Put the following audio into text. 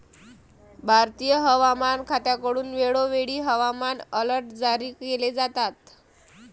भारतीय हवामान खात्याकडून वेळोवेळी हवामान अलर्ट जारी केले जातात